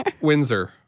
Windsor